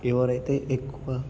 ఎవరైతే ఎక్కువ